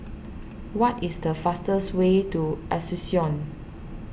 what is the fastest way to Asuncion